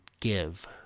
give